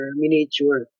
miniature